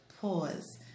pause